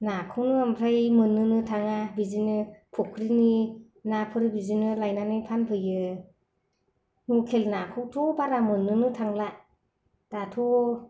नाखौनो ओमफ्राय मोननोनो थाङा बिदिनो फुख्रिनि ना फोर बिदिनो लायनानै फानफैयो लकेल नाखौथ' बारा मोननोनो थांला दाथ'